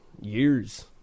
years